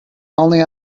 only